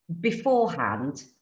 beforehand